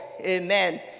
Amen